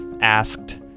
asked